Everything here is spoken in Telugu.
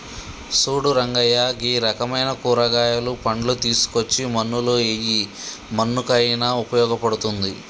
సూడు రంగయ్య గీ రకమైన కూరగాయలు, పండ్లు తీసుకోచ్చి మన్నులో ఎయ్యి మన్నుకయిన ఉపయోగ పడుతుంది